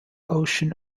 ocean